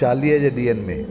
चालीहे जे ॾींहंनि में